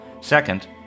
Second